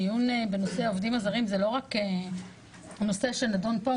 דיון בנושא העובדים הזרים הוא נושא שלא רק נידון פה,